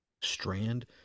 Strand